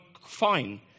fine